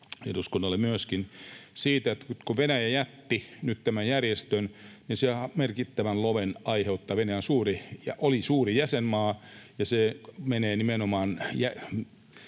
eduskunnalle myöskin — siitä, että kun Venäjä jätti nyt tämän järjestön, niin se aiheuttaa merkittävän loven: Venäjä oli suuri jäsenmaa, ja nimenomaan